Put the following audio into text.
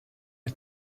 mit